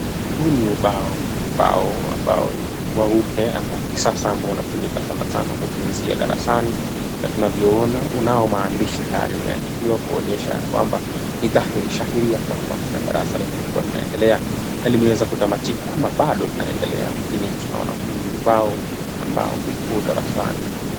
Huu ni ubao. Ubao ambao ni mweupe ama wa kisasa ambao unatumika sana sana kufunzia darasani, na tunavyoona unao maandishi tayari yameandikiwa, kuonyesha ya kwamba ni dhahiri shahiri ya kwamba kuna darasa lililokuwa linaendelea na limeweza kutamatika ama bado linaendelea. Lakini tunaona huu ni ubao ambao upo darasani.